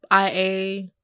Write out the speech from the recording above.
IA